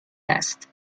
است